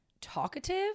talkative